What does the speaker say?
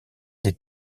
des